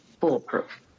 foolproof